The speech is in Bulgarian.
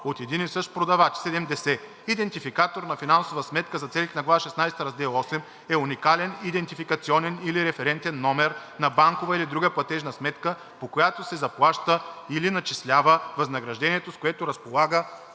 от един и същ продавач. 70. „Идентификатор на финансова сметка“ за целите на глава шестнадесета, раздел VIII е уникален идентификационен или референтен номер на банкова или друга платежна сметка, по която се заплаща или начислява възнаграждението, с което разполага